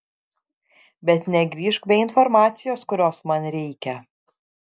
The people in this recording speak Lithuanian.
bet negrįžk be informacijos kurios man reikia